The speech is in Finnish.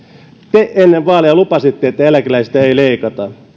te ennen vaaleja lupasitte että eläkeläisiltä ei leikata